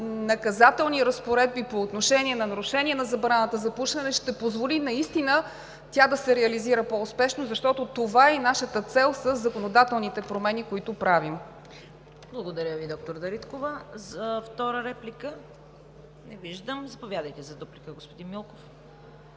наказателни разпоредби по отношение на нарушение на забраната за пушене ще позволи наистина тя да се реализира по-успешно, защото това е и нашата цел със законодателните промени, които правим. ПРЕДСЕДАТЕЛ ЦВЕТА КАРАЯНЧЕВА: Благодаря Ви, доктор Дариткова. Втора реплика? Не виждам. Заповядайте за дуплика, господин Милков.